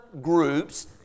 groups